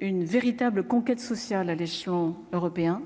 une véritable conquête sociale à l'échelon européen,